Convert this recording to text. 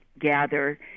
gather